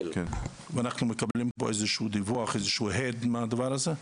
אנחנו מקבלים פה דיווח או איזה הד על הדבר הזה?